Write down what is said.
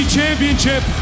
Championship